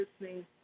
listening